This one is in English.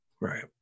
right